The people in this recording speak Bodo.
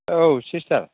औ सिस्टार